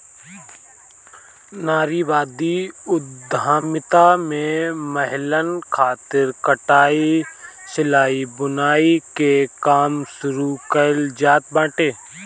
नारीवादी उद्यमिता में महिलन खातिर कटाई, सिलाई, बुनाई के काम शुरू कईल जात बाटे